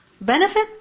Benefit